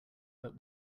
but